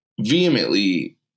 vehemently